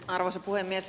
arvoisa puhemies